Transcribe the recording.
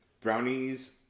Brownies